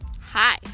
Hi